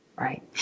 Right